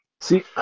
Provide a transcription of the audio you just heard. See